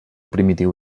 primitiu